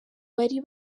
bari